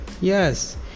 Yes